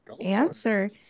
answer